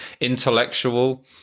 Intellectual